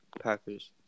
Packers